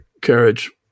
carriage